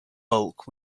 bulk